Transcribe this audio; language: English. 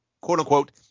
quote-unquote